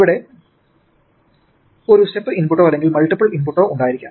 ഇവിടെ ഒരു സ്റ്റെപ് ഇൻപുട്ടോ അല്ലെങ്കിൽ മൾട്ടിപ്പിൾ ഇൻപുട്ടോ ഉണ്ടായിരിക്കാം